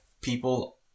people